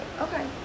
okay